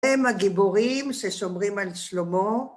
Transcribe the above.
הם הגיבורים ששומרים על שלמה.